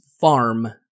farm